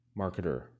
marketer